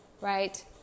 Right